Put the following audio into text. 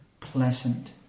pleasant